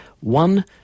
one